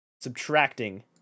subtracting